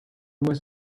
was